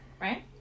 right